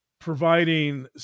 providing